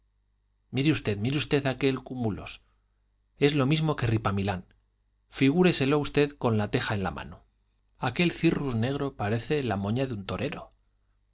mire usted mire usted aquel cúmulus es lo mismo que ripamilán figúreselo usted con la teja en la mano aquel cirrus negro parece la moña de un torero